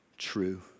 true